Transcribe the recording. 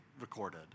recorded